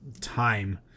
time